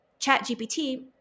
ChatGPT